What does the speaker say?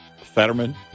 Fetterman